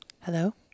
hello